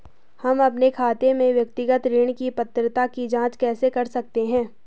हम अपने खाते में व्यक्तिगत ऋण की पात्रता की जांच कैसे कर सकते हैं?